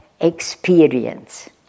experience